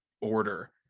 order